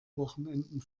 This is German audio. wochenenden